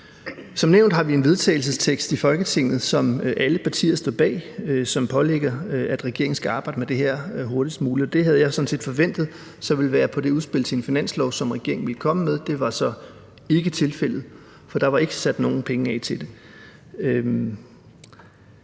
et forslag til vedtagelse i Folketinget, som alle partier står bag, og som pålægger regeringen at arbejde med det her hurtigst muligt. Det havde jeg sådan set forventet så ville være i det udspil til en finanslov, som regeringen ville komme med, men det var så ikke tilfældet, for der var ikke sat nogen penge af til det.